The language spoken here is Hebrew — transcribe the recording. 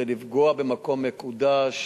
זה לפגוע במקום מקודש,